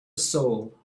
soul